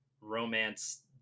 romance